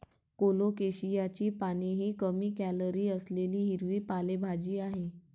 कोलोकेशियाची पाने ही कमी कॅलरी असलेली हिरवी पालेभाजी आहे